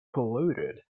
polluted